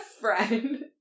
friend